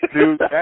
dude